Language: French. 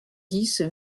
dix